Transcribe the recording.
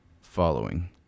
following